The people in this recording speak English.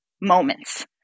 moments